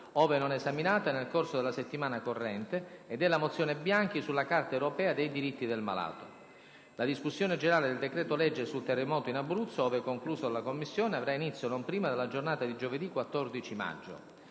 ove non esaminata nel corso della settimana corrente - e della mozione Bianchi sulla Carta europea dei diritti del malato. La discussione generale del decreto‑legge sul terremoto in Abruzzo, ove concluso dalla Commissione, avrà inizio non prima della giornata di giovedì 14 maggio.